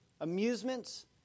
Amusements